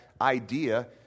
idea